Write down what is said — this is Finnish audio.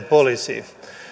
poliisiin